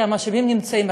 כי המשאבים נמצאים,